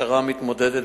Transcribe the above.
המשטרה מתמודדת,